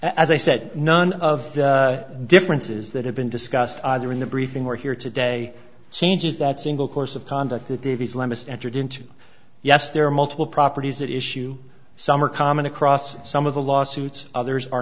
as i said none of the differences that have been discussed either in the briefing or here today changes that single course of conduct that davies limits entered into yes there are multiple properties that issue some are common across some of the lawsuits others